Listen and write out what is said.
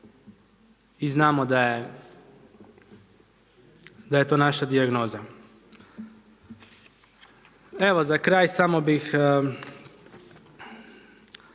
i znamo da je to naša dijagnoza. Evo za kraj samo bih